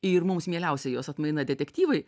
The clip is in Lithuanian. ir mums mieliausia jos atmaina detektyvai